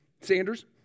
Sanders